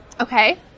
Okay